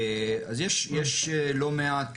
אז יש לא מעט